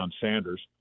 Sanders